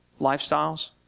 lifestyles